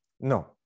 No